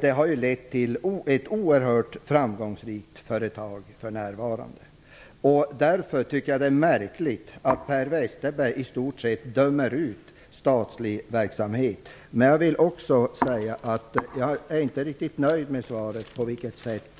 Det har lett till att LKAB för närvarande är ett oerhört framgångsrikt företag. Jag tycker därför att det är märkligt att Per Westerberg i stort sett dömer ut statlig verksamhet. Jag vill också säga att jag inte är riktigt nöjd med svaret på frågan på vilket sätt